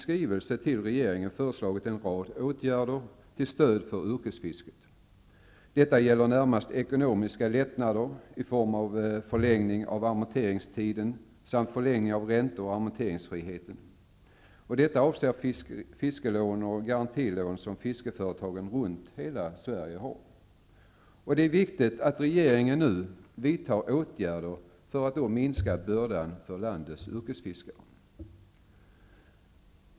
Detta gäller närmast ekonomiska lättnader i form av förlängning av amorteringstiden samt förlängning av ränte och amorteringsfriheten. Detta avser fiskelån och garantilån som fiskeföretagen runt hela Sverige har. Det är viktigt att regeringen nu vidtar åtgärder för att minska bördan för landets yrkesfiskare.